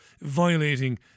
violating